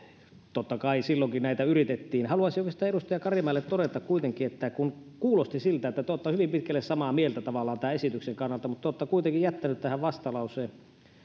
totta kai silloinkin näitä yritettiin haluaisin oikeastaan edustaja karimäelle todeta kuitenkin että kuulosti siltä että te olette tavallaan hyvin pitkälle samaa mieltä tämän esityksen kanssa mutta olette kuitenkin jättänyt tähän vastalauseen